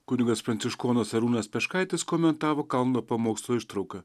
kunigas pranciškonas arūnas peškaitis komentavo kalno pamokslo ištrauką